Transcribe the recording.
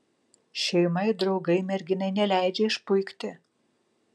šeima ir draugai merginai neleidžia išpuikti